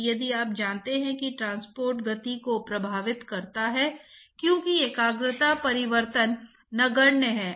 तो स्पष्ट रूप से हीट ट्रांसपोर्ट गुणांक स्थानीय हीट ट्रांसपोर्ट गुणांक की प्रकृति मुख्य रूप से तापमान ढाल पर y के बराबर 0 पर निर्भर करती है